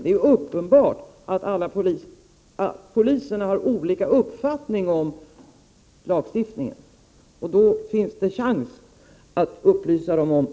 Det är uppenbart att poliserna har olika uppfattningar om lagstiftningen, och då finns det skäl att ge ytterligare upplysning.